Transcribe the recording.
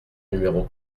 numéro